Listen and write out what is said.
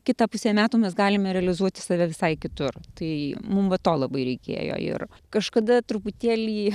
kitą pusę metų mes galime realizuoti save visai kitur tai mums to labai reikėjo ir kažkada truputėlį